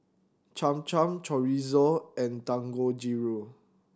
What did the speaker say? Cham Cham Chorizo and Dangojiru